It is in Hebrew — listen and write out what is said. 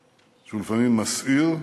שהוא לפעמים מסעיר,